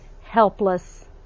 helpless